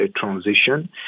transition